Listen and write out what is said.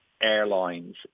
airlines